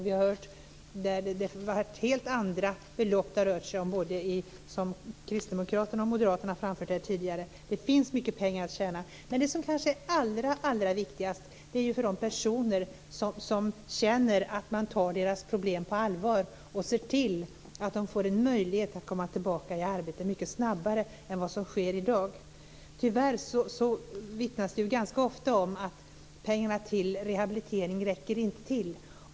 Vi har hört Kristdemokraterna och Moderaterna framföra helt andra belopp här tidigare. Det finns mycket pengar att tjäna. Men det som är kanske allra viktigast är att människor känner att man tar deras problem på allvar och ser till att de får en möjlighet att komma tillbaka i arbete mycket snabbare än vad som sker i dag. Tyvärr vittnas det ganska ofta om att pengarna till rehabilitering inte räcker till.